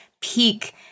peak